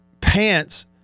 pants